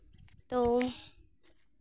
ᱛᱳ